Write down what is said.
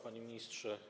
Panie Ministrze!